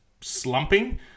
slumping